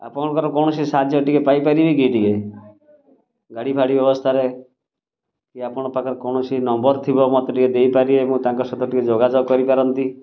ଆପଣଙ୍କର କୌଣସି ସାହାଯ୍ୟ ଟିକେ ପାଇପାରିବି କି ଟିକେ ଗାଡ଼ି ଫାଡ଼ି ବ୍ୟବସ୍ଥାରେ କି ଆପଣଙ୍କ ପାଖରେ କୌଣସି ନମ୍ବର୍ ଥିବ ମତେ ଟିକେ ଦେଇପାରିବେ ମୁଁ ତାଙ୍କ ସହିତ ଟିକେ ଯୋଗାଯୋଗ କରିପାରନ୍ତି